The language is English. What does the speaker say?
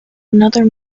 another